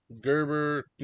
Gerber